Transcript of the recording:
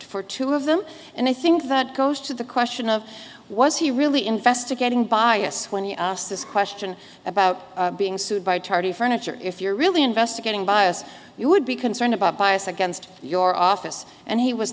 for two of them and i think that goes to the question of was he really investigating bias when he asked this question about being sued by tardy furniture if you're really investigating bias you would be concerned about bias against your office and he was